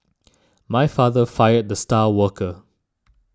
my father fired the star worker